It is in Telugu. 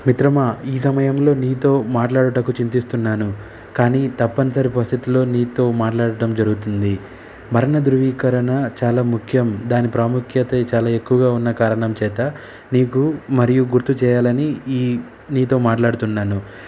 మిత్రమా ఈ సమయంలో నీతో మాట్లాడుటకు చింతిస్తున్నాను కానీ తప్పనిసరి పరిస్థితిలో నీతో మాట్లాడడం జరుగుతుంది మరణ ధృవీకరణ చాలా ముఖ్యం దాని ప్రాముఖ్యత చాలా ఎక్కువగా ఉన్న కారణం చేత నీకు మరీ గుర్తు చెయ్యాలని ఈ నీతో మాట్లాడుతున్నాను